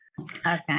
Okay